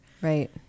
Right